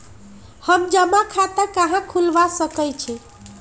हम जमा खाता कहां खुलवा सकई छी?